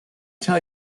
tell